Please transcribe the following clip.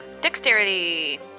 Dexterity